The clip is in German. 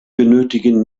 benötigen